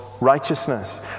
righteousness